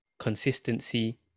consistency